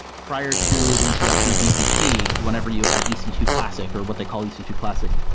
prior to the introduction of vpc, whenever you had e c two classic or what they call e c two classic,